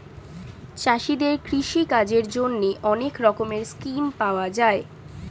চাষীদের কৃষি কাজের জন্যে অনেক রকমের স্কিম পাওয়া যায়